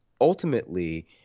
ultimately